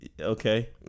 Okay